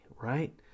right